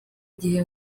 gihe